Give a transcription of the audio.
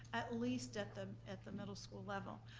at least at the at the middle school level.